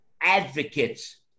advocates